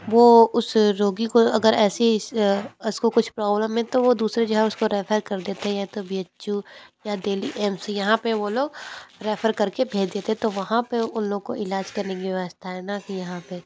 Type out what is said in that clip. वह उस रोगी को अगर ऐसे ही उस उसको कुछ प्रॉब्लम है तो वह दूसरे जहाँ उसकी रेफ़र कर देते हैं या तो बी एच यू या दिल्ली एम्स यहाँ पर वह लोग रेफ़र करके भेज देते तो वहाँ पर उन लोगों को इलाज़ करने की व्यवस्था है न की यहाँ पर